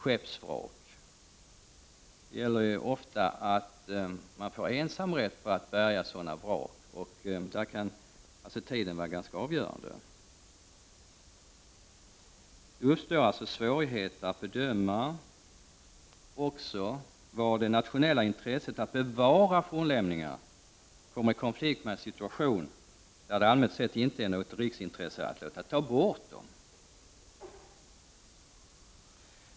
Det handlar ju ofta om att personer får ensamrätt på att bärga sådana vrak. Därför kan tiden vara ganska avgörande. Det uppstår alltså svårigheter att bedöma var det nationella intresset att bevara fornlämningar kommer i konflikt med den situation där det allmänt sett inte är något riksintresse att låta ta bort vraken.